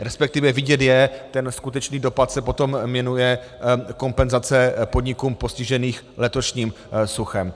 Respektive vidět je, ten skutečný dopad se potom kompenzace podnikům postiženým letošním suchem.